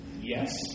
Yes